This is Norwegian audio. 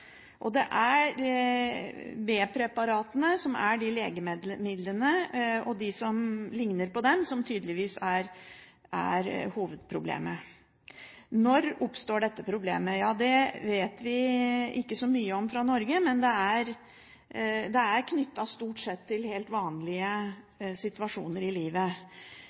opp før. De legemidlene som tydeligvis er hovedproblemet, er B-preparatene og de som ligner på dem. Når oppstår dette problemet? Det vet vi ikke så mye om i Norge, men det er knyttet stort sett til helt vanlige situasjoner i livet.